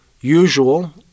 usual